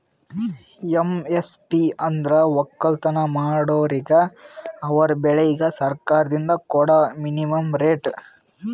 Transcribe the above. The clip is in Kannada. ಎಮ್.ಎಸ್.ಪಿ ಅಂದ್ರ ವಕ್ಕಲತನ್ ಮಾಡೋರಿಗ ಅವರ್ ಬೆಳಿಗ್ ಸರ್ಕಾರ್ದಿಂದ್ ಕೊಡಾ ಮಿನಿಮಂ ರೇಟ್